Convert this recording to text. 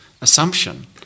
assumption